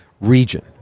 region